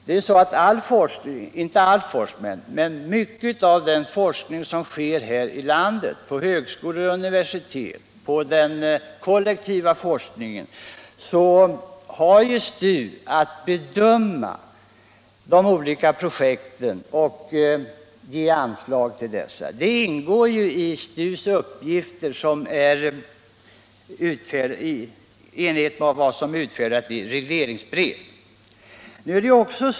I fråga om en stor del av den kollektiva forskning som bedrivs vid högskolor och universitet har STU att bedöma de olika projekten och ge anslag till dem. Det ingår ju i STU:s uppgifter i enlighet med utfärdat regleringsbrev.